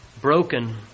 broken